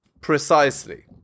precisely